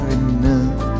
enough